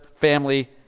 family